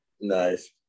Nice